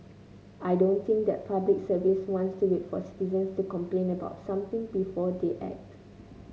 I don't think the Public Service wants to wait for citizens to complain about something before they act